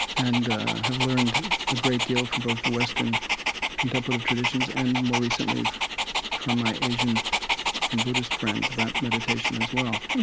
and have learned a great deal from both the western contemplative traditions and more recently from my asian and buddhist friends about meditation as well